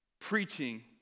preaching